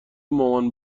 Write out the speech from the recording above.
مامان